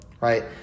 right